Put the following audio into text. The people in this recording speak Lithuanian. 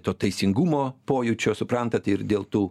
to teisingumo pojūčio suprantat ir dėl tų